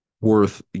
worth